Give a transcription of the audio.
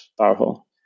powerful